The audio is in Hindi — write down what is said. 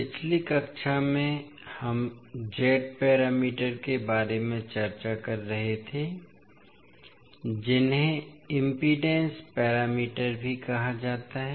पिछली कक्षा में हम Z पैरामीटर के बारे में चर्चा कर रहे थे जिन्हें इम्पीडेन्स पैरामीटर भी कहा जाता है